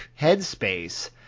headspace